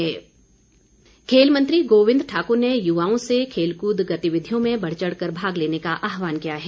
गोविंद ठाकुर खेल मंत्री गोविंद ठाकुर ने युवाओं से खेलकूद गतिविधियों में बढ़चढ़ कर भाग लेने का आहवान किया है